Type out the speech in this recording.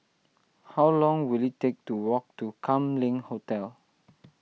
how long will it take to walk to Kam Leng Hotel